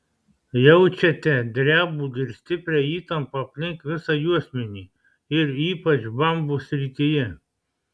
jaučiate drebulį ir stiprią įtampą aplink visą juosmenį ir ypač bambos srityje